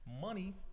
Money